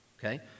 Okay